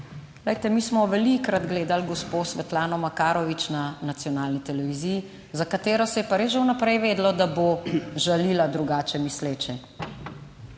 Glejte, mi smo velikokrat gledali gospo Svetlano Makarovič na nacionalni televiziji, za katero se je pa res že vnaprej vedelo, da bo žalila drugače misleče.